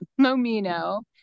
Momino